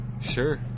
Sure